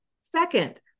Second